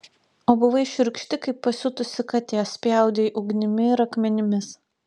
o buvai šiurkšti kaip pasiutusi katė spjaudei ugnimi ir akmenimis